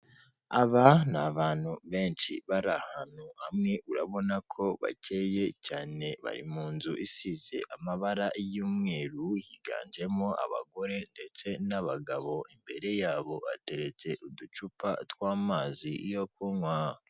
Aba ni abantu benshi bari ahantu hamwe urabona ko bakeye cyane, bari mu nzu isize amabara y'umweru yiganjemo abagore ndetse n'abagabo, imbere yabo bateretse uducupa tw'amazi yo kunywa.